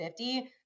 50